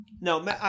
no